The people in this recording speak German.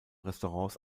restaurants